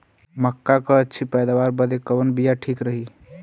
मक्का क अच्छी पैदावार बदे कवन बिया ठीक रही?